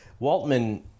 Waltman